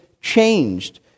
changed